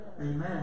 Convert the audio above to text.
Amen